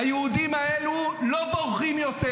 היהודים האלו לא בורחים יותר,